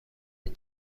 این